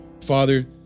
Father